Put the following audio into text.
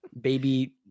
baby